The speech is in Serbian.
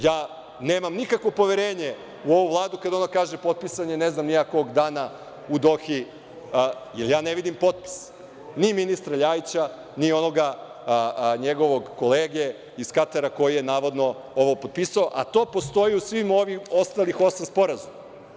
Ja nemam nikakvo poverenje u ovu Vladu kada ona kaže potpisan je, ne znam ni ja kog dana, u Dohi, jer ja ne vidim potpis ni ministra LJajića ni onog njegovog kolege iz Katara koji je navodno ovo potpisao, a to postoji u svim ovim ostalih osam sporazuma.